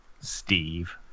Steve